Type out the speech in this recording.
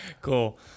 Cool